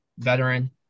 veteran